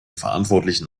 verantwortlichen